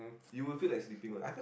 you will feel like sleeping one